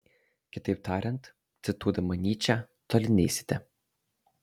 kitaip tariant cituodama nyčę toli neisite